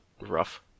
rough